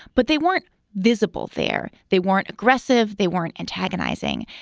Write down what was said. but they weren't visible there. they weren't aggressive. they weren't antagonizing.